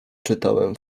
czytałem